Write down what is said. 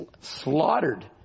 slaughtered